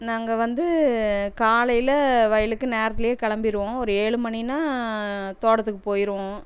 நாங்கள் வந்து காலையில் வயலுக்கு நேரத்துலேயே கிளம்பிருவோம் ஒரு ஏழு மணின்னால் தோட்டத்துக்கு போயிடுவோம்